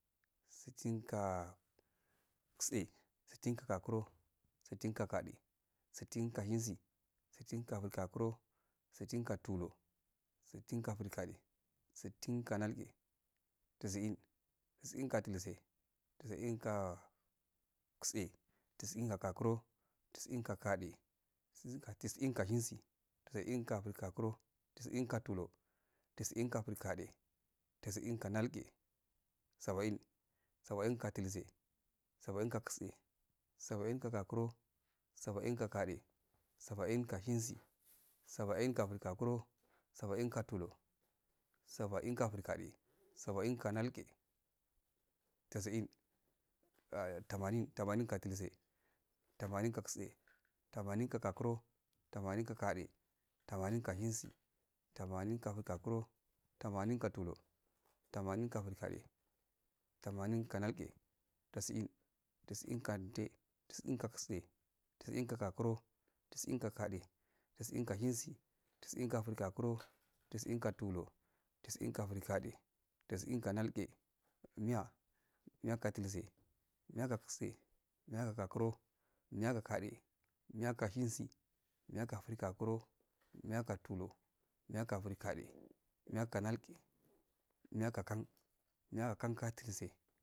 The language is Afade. Sittin gatse, sittin ga gakuro, sittin ga gade, sittin ga shensi, sittin ga frigakuro, sittin ga tulur, sittin ga frigade sttin ga nalge, tisi'in, tisi'in ga dultse tisɨin ga tse, trisi'in ga gakuro, tisi'in ga gade, tisi'in ga shengi, tisɨin ga frigakuro, tiss'in ga tulu, tisi'in ga frigade, tisi'in ga nalge, saba'in, sabəin ga dulse, sabəin ga gatse, sabəin ga gakuka, saba'in ga gade, saba'in ga shensi, saba'in ga frigakuro, sab'in ga tulur, saba'in ga frigade, saba'in ga ndge, tisi'in ah tamanin, tamanin ga dulse, tamanin ga tse, tamanin ga gokuro, tamanin ga gade, tamanin ga shensi, tamanin ga frigakuro, tamanin ga tulur, tamanin ga frigade, tamanin go nalge tisin, tisi'in ante, tisi'in ga gatse tisin ga gakuro, tisi inga gade, tisi'in ga shensi, tisɨin ga frigokuro, tisi'in go tulur tisi'in go frigade, tisi'in ga nalge, miya miya ga dults, miya gatse, miya ga gokuro, miya ga gade, miya go shensi miya go frigokuro, miya ga tulur, miya ga frigade, miya ga nalge, miya ga kun miya ga kan ga dulse.